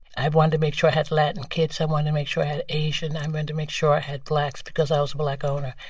i wanted to make sure it had latin kids. i wanted to make sure it had asian. i wanted to make sure it had blacks because i was a black owner.